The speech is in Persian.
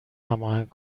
هماهنگ